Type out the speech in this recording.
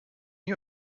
you